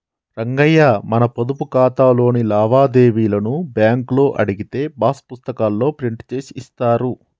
రంగయ్య మన పొదుపు ఖాతాలోని లావాదేవీలను బ్యాంకులో అడిగితే పాస్ పుస్తకాల్లో ప్రింట్ చేసి ఇస్తారు